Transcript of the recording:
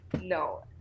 no